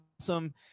awesome